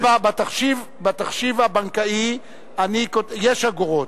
בתחשיב הבנקאי יש אגורות.